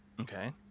Okay